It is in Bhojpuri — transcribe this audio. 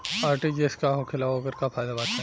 आर.टी.जी.एस का होखेला और ओकर का फाइदा बाटे?